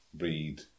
read